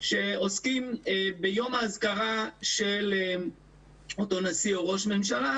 שעוסקים ביום האזכרה של אותו נשיא או ראש ממשלה,